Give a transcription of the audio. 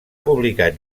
publicat